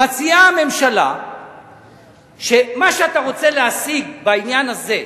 מציעה הממשלה שמה שאתה רוצה להשיג בעניין הזה,